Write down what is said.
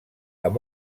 amb